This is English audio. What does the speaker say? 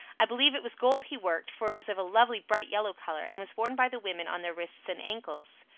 i believe it was gold he worked, for it was of a lovely bright yellow colour, and was worn by the women on their wrists and ancles.